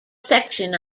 section